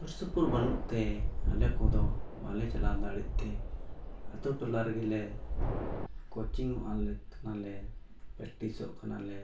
ᱥᱩᱨᱼᱥᱩᱯᱩᱨ ᱵᱟᱹᱱᱩᱜᱛᱮ ᱟᱞᱮ ᱠᱚᱫᱚ ᱵᱟᱞᱮ ᱪᱟᱞᱟᱣ ᱫᱟᱲᱮᱭᱟᱜᱛᱮ ᱟᱛᱳ ᱴᱚᱞᱟ ᱨᱮᱜᱮ ᱞᱮ ᱠᱳᱪᱤᱝᱚᱜ ᱟᱞᱮ ᱯᱨᱮᱥᱠᱴᱤᱥᱚᱜ ᱠᱟᱱᱟ ᱞᱮ ᱟᱨ